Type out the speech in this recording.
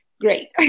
great